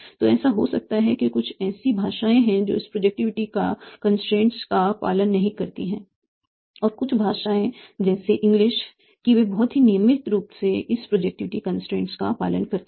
तो ऐसा हो सकता है कि कुछ ऐसी भाषाएँ हैं जो इस प्रोजेक्टिविटी का कंस्ट्रेंट का पालन नहीं करती हैं और कुछ भाषाएँ जैसे इंग्लिश कि वे बहुत ही नियमित रूप से इस प्रोजक्टिविटी कंस्ट्रेंट का पालन करती हैं